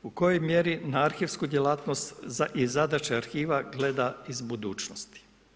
U kojoj mjeri na arhivsku djelatnost i zadaće arhiva gleda iz budućnosti?